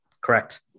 Correct